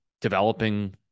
developing